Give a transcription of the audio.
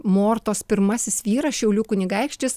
mortos pirmasis vyras šiaulių kunigaikštis